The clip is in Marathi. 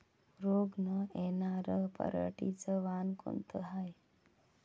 रोग न येनार पराटीचं वान कोनतं हाये?